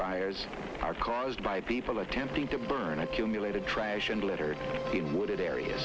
fires are caused by people attempting to burn accumulated trash and litter in wooded area